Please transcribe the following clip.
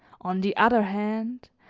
on the other hand,